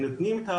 ונותנים,